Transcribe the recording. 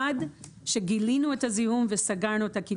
עד שגילינו את הזיהום וסגרנו את הקידוח.